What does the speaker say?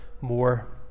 more